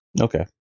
Okay